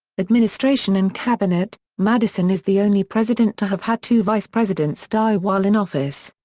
administration and cabinet madison is the only president to have had two vice-presidents die while in office.